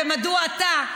מדוע אתה,